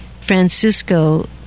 Francisco